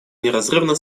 неразрывно